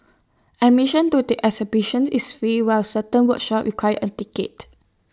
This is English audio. admission to the exhibition is free while certain workshops require A ticket